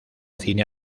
cine